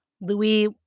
Louis